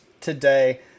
today